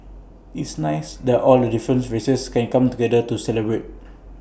it's nice that all the different races can come together to celebrate